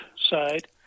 side